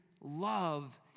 love